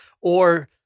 Or-